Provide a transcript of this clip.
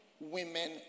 women